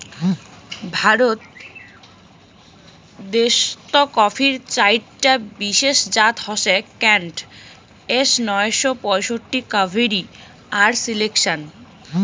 ভারত দেশ্ত কফির চাইরটা বিশেষ জাত হসে কেন্ট, এস নয়শো পঁয়ষট্টি, কাভেরি আর সিলেকশন